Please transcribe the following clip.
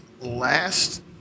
last